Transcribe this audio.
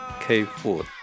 K-food